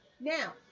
Now